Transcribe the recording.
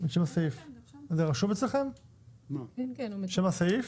אצלכם שם הסעיף?